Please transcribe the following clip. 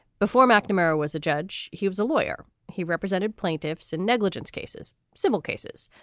before mcnamara was a judge. he was a lawyer. he represented plaintiffs in negligence cases, civil cases.